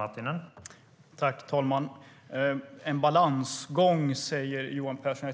Herr talman! En balansgång, säger Johan Pehrson.